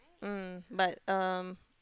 mm but um